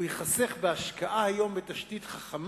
הוא ייחסך בהשקעה בתשתית חכמה,